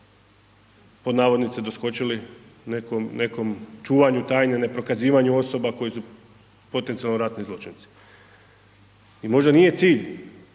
pod navodnicima doskočili nekom, nekom čuvaju tajne, ne prokazivanju osoba koje su potencijalno ratni zločinci. I možda nije cilj